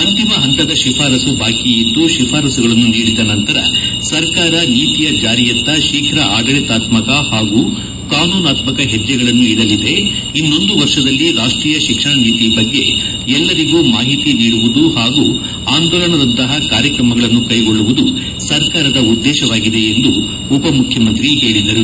ಅಂತಿಮ ಹಂತದ ಶಿಫಾರಸು ಬಾಕಿ ಇದ್ದು ಶಿಫಾರಸುಗಳನ್ನು ನೀಡಿದ ನಂತರ ಸರ್ಕಾರ ನೀತಿಯ ಜಾರಿಯತ್ತ ಶೀಫ್ರ ಆಡಳಿತಾತ್ಮಕ ಹಾಗೂ ಕಾನೂನಾತ್ಮಕ ಹೆಜ್ಜೆಗಳನ್ನು ಇಡಲಿದೆ ಇನ್ನೊಂದು ವರ್ಷದಲ್ಲಿ ರಾಷ್ಟೀಯ ಶಿಕ್ಷಣ ನೀತಿಯ ಬಗ್ಗೆ ಎಲ್ಲರಿಗೂ ಮಾಹಿತಿ ನೀಡುವುದು ಹಾಗೂ ಆಂದೋಲನದಂತಹ ಕಾರ್ಯಕ್ರಮಗಳನ್ನು ಕೈಗೊಳ್ಳುವುದು ಸರ್ಕಾರದ ಉದ್ದೇಶವಾಗಿದೆ ಎಂದು ಉಪಮುಖ್ಯಮಂತ್ರಿ ಹೇಳಿದರು